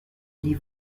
les